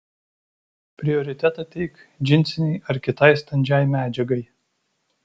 prioritetą teik džinsinei ar kitai standžiai medžiagai